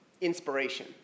inspiration